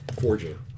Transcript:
forging